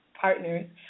Partners